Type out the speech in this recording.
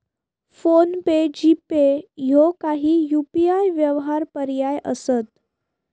phone पे, GPay ह्यो काही UPI व्यवहार पर्याय असत